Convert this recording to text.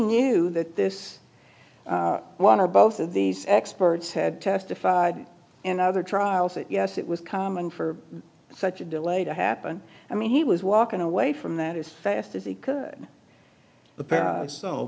knew that this one or both of these experts had testified and other trials that yes it was common for such a delay to happen i mean he was walking away from that as fast as he could